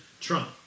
Trump